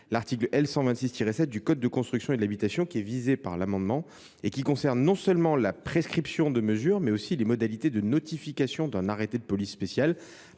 l’article L. 126 7 du code de la construction et de l’habitation, visé par l’amendement, et qui concerne non seulement la prescription de mesure, mais aussi les modalités de notification d’un arrêté de police spéciale